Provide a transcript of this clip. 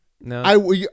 no